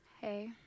Hey